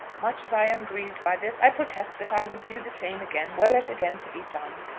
much as i am grieved by this, i protest that i would do the same again were it again to be done.